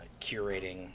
curating